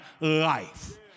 life